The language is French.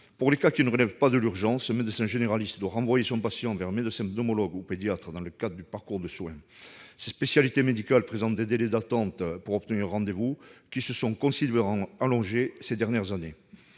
Pour les cas qui ne relèvent pas de l'urgence, un médecin généraliste doit renvoyer son patient vers un médecin pneumologue ou un pédiatre dans le cadre du parcours de soins. Ces spécialités médicales présentent des délais d'attente pour obtenir un rendez-vous qui se sont considérablement allongés ces dernières années.